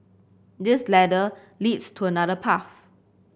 this ladder leads to another path